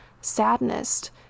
sadness